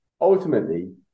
Ultimately